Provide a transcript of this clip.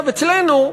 אצלנו,